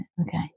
Okay